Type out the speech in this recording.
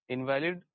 Invalid